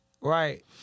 right